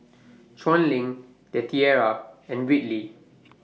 Chuan LINK The Tiara and Whitley